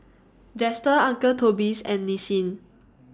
Dester Uncle Toby's and Nissin